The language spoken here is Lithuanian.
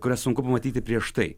kurias sunku pamatyti prieš tai